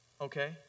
Okay